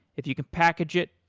if you can package it,